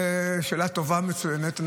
זאת שאלה טובה ומצוינת.